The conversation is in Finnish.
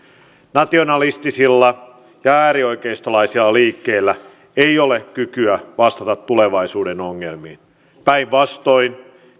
nationalistisilla ja äärioikeistolaisilla liikkeillä ei ole kykyä vastata tulevaisuuden ongelmiin päinvastoin